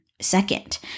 second